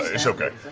it's okay.